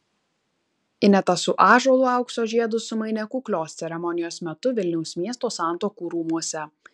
ineta su ąžuolu aukso žiedus sumainė kuklios ceremonijos metu vilniaus miesto santuokų rūmuose